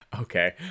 Okay